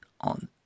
on